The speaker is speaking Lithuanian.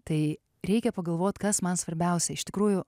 tai reikia pagalvot kas man svarbiausia iš tikrųjų